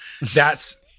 that's-